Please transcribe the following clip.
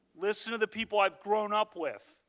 listen to the people i have grown up with.